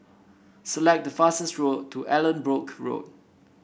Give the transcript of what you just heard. select the fastest road to Allanbrooke Road